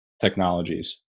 technologies